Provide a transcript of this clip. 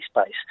space